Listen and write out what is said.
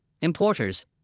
importers